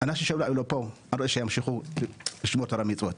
שומר תור ומצוות,